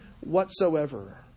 whatsoever